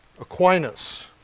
Aquinas